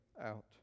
out